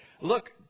Look